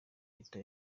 leta